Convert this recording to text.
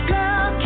Girl